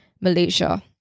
Malaysia